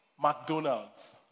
McDonald's